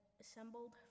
assembled